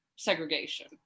segregation